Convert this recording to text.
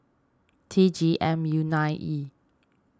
T G M U nine E